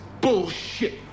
bullshit